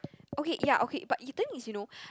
okay ya okay but you think is you know